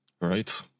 right